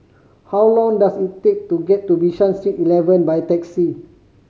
how long does it take to get to Bishan Street Eleven by taxi